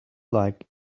like